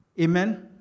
Amen